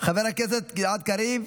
חבר הכנסת גלעד קריב,